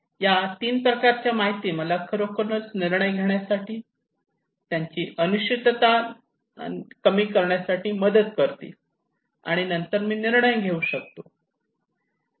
या 3 प्रकारच्या माहिती मला खरोखर निर्णय घेण्यासाठी आणि अनिश्चितता कमी करण्यासाठी मदत करतील आणि नंतर मी निर्णय घेऊ शकतो